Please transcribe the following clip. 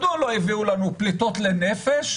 מדוע לא הביאו לנו פליטות לנפש?